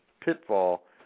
pitfall